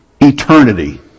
eternity